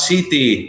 City